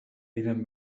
diren